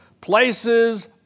places